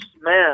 man